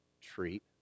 treat